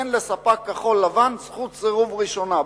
תן לספק כחול-לבן זכות סירוב ראשונה,